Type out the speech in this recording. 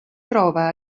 trova